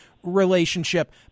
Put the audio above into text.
relationship